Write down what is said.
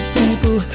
people